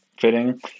fitting